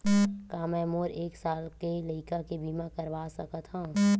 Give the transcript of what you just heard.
का मै मोर एक साल के लइका के बीमा करवा सकत हव?